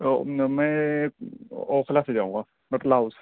میں اوکھلا سے جاؤں گا بٹلا ہاؤس